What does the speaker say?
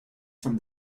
from